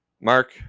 Mark